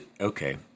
okay